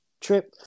trip